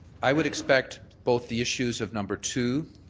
i would expect both the issues of number two,